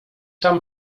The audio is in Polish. tam